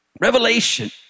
Revelation